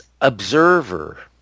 observer